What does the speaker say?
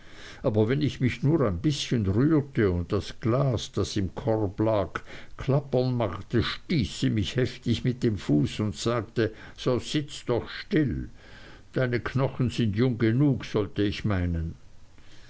aber wenn ich mich nur ein bißchen rührte und das glas das im korb lag klappern machte stieß sie mich heftig mit dem fuß und sagte so sitz doch still deine knochen sind jung genug sollte ich meinen